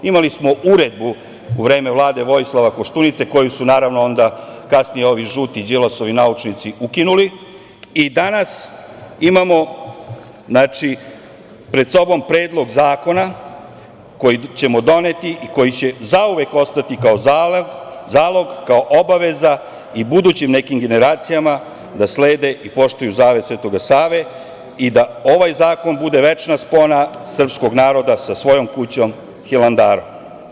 Imali smo Uredbu u vreme vlade Vojislava Koštunice, koju su kasnije ovi žuti Đilasovi naučnici ukinuli i danas imamo pred sobom Predlog zakona koji ćemo doneti i koji će zauvek ostati kao zalog, kao obaveza i budućim nekim generacijama da slede i poštuju zavet Svetog Save i da ovaj zakon bude večna spona srpskog naroda sa svojom kućom Hilandarom.